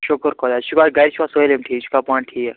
شُکُر خۄدایس تُہۍ چھُوا گھرِ چھُوا سٲلِم ٹھیٖک بیٚیہِ چھُکھا پانہٕ ٹھیٖک